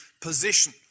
position